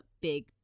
big